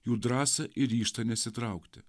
jų drąsą ir ryžtą nesitraukti